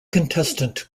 contestant